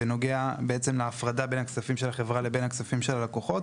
ונוגע בעצם להפרדה בין הכספים של החברה לבין הכספים של הלקוחות.